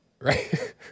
right